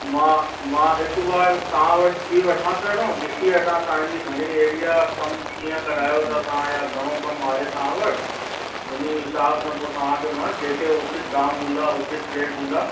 मां मां हिकु बार तव्हां वटि ई वठां पहिरों ॾिसी वठां तव्हांजी घणी एरिया कमु कीअं करायो था तव्हां या घणो कमु आहे तव्हां वटि उन हिसाब सां पोइ तव्हांखे मां जेके उचित दाम हूंदा उचित रेट हूंदा